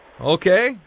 Okay